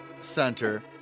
center